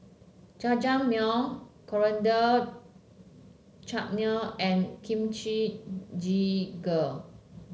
Jajangmyeon Coriander Chutney and Kimchi Jjigae